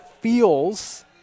feels